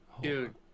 Dude